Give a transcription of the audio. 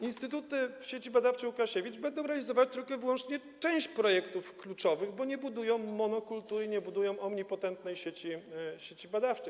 Instytuty w Sieci Badawczej: Łukasiewicz będą realizować tylko i wyłącznie część projektów kluczowych, bo nie budują monokultury, nie budują omnipotentnej sieci badawczej.